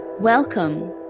Welcome